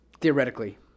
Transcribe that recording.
Theoretically